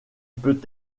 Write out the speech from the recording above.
peut